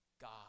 God